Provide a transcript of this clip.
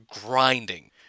grinding